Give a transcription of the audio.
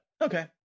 Okay